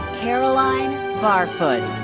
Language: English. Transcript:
caroline barfoot.